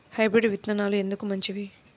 Hybrid విత్తనాలు ఎందుకు మంచివి?